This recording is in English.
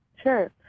Sure